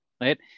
right